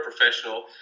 professional